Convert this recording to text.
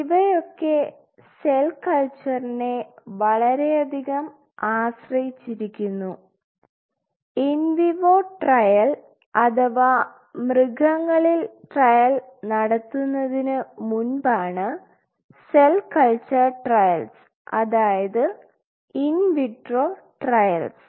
ഇവയൊക്കെ സെൽ കൾച്ചർനെ വളരെയധികം ആശ്രയിച്ചിരിക്കുന്നു ഇൻ വിവോ ട്രയൽ അഥവാ മൃഗങ്ങളിൽ ട്രയൽ നടത്തുന്നതിന് മുൻപാണ് സെൽ കൾച്ചർ ട്രയൽസ് അതായത് ഇൻ വിട്രോ ട്രയൽസ്